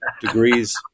degrees